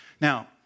Now